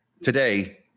Today